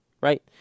right